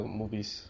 movies